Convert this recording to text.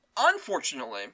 Unfortunately